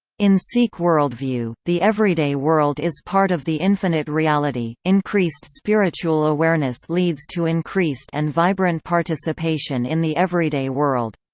in sikh worldview, the everyday world is part of the infinite reality, increased spiritual awareness leads to increased and vibrant participation in the everyday world.